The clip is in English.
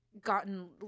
gotten